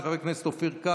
של חבר הכנסת אופיר כץ.